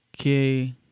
Okay